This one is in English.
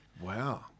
Wow